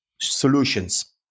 solutions